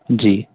جی